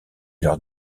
leurs